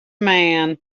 man